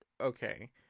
okay